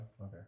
Okay